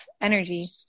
energy